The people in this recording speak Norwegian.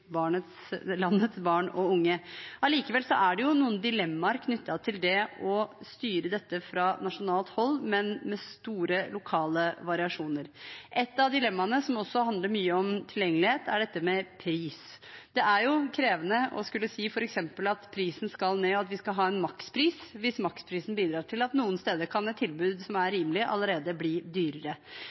landets barn og unge. Allikevel er det noen dilemmaer knyttet til å styre dette fra nasjonalt hold, men med store lokale variasjoner. Et av dilemmaene, som også handler mye om tilgjengelighet, er dette med pris. Det er krevende å skulle si f.eks. at prisen skal ned, at vi skal ha en makspris, hvis maksprisen bidrar til at et tilbud som noen steder allerede er rimelig, kan bli dyrere. Det er